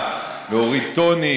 להוריד טונים,